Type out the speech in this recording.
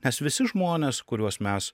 nes visi žmonės kuriuos mes